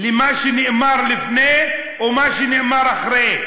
למה שנאמר לפני או למה שנאמר אחרי?